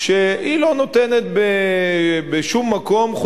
שהיא לא נותנת בשום מקום היתרי בנייה,